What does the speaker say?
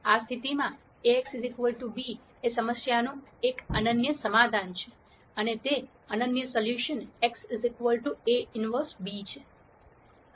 આ સ્થિતિમાં Ax b સમસ્યાનું એક અનન્ય સમાધાન છે અને તે અનન્ય solution x A inverse b છે